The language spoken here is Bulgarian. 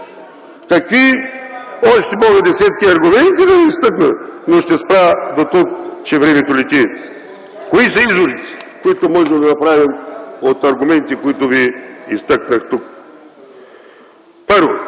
Мога още десетки аргументи да ви изтъкна, но ще спра дотук, че времето лети. Кои са изводите, които можем да направим от аргументите, които ви изтъкнах тук? Първо,